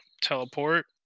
teleport